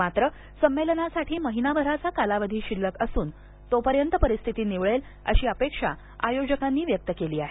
मात्र संमेलनासाठी महिनाभराचा कालावधी शिल्लक असून तोपर्यंत परिस्थिती निवळेल अशी अपेक्षा आयोजकांनी व्यक्त केली आहे